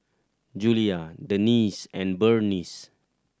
Julia Denese and Burnice